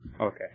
Okay